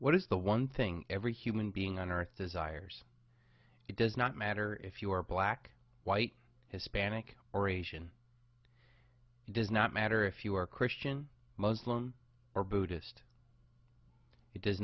what is the one thing every human being on earth desires it does not matter if you are black white hispanic or asian does not matter if you are christian muslim or buddhist it does